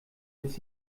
jetzt